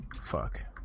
Fuck